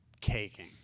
caking